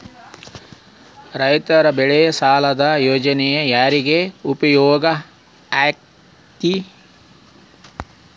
ರೈತ ಬೆಳೆ ಸಾಲ ಯೋಜನೆ ಯಾರಿಗೆ ಉಪಯೋಗ ಆಕ್ಕೆತಿ?